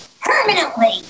Permanently